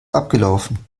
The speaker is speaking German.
abgelaufen